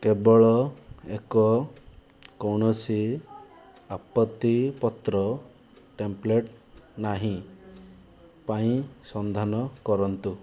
କେବଳ ଏକ କୌଣସି ଆପତ୍ତି ପତ୍ର ଟେମ୍ପଲେଟ୍ ନାହିଁ ପାଇଁ ସନ୍ଧାନ କରନ୍ତୁ